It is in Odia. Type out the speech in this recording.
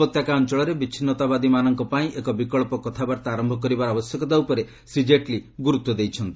ଉପତ୍ୟକା ଅଞ୍ଚଳରେ ବିଚ୍ଛିନ୍ନତାବାଦୀମାନଙ୍କ ପାଇଁ ଏକ ବିକ୍ସ କଥାବାର୍ତ୍ତା ଆରମ୍ଭ କରିବାର ଆବଶ୍ୟକତା ଉପରେ ଶ୍ରୀ ଜେଟ୍ଲୀ ଗୁରୁତ୍ୱ ଦେଇଛନ୍ତି